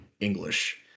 english